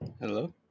Hello